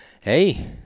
Hey